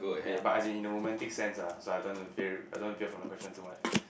ya but as in a romantic sense ah so I don't want to veer I don't want to veer from the question too much